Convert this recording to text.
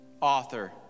author